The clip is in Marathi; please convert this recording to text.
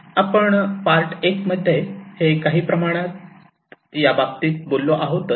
आपण पार्ट 1 मध्ये हे काही प्रमाणात याबाबतीत बोललो आहोत